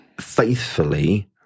faithfully